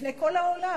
בפני כל העולם.